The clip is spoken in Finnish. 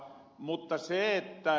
mutta ed